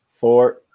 four